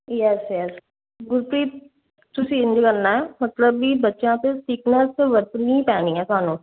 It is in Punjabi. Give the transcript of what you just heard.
ਯੈੱਸ ਯੈੱਸ ਗੁਰਪ੍ਰੀਤ ਤੁਸੀਂ ਇੰਝ ਕਰਨਾ ਮਤਲਬ ਵੀ ਬੱਚਿਆ 'ਤੇ ਸਟਿੱਕਨੈਂਸ ਵਰਤਣੀ ਪੈਣੀ ਹੈ ਤੁਹਾਨੂੰ